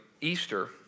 Easter